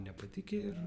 nepatikę ir